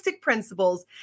principles